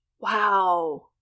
Wow